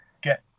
get